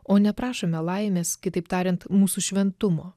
o neprašome laimės kitaip tariant mūsų šventumo